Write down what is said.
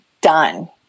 done